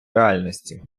реальності